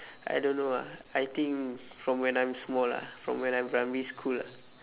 I don't know ah I think from when I'm small ah from when I'm primary school ah